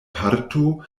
parto